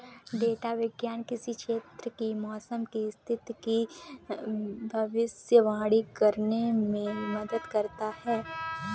data विज्ञान किसी क्षेत्र की मौसम की स्थिति की भविष्यवाणी करने में मदद करता है